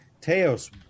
Teos